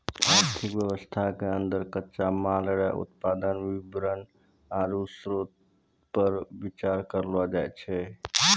आर्थिक वेवस्था के अन्दर कच्चा माल रो उत्पादन वितरण आरु श्रोतपर बिचार करलो जाय छै